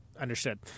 Understood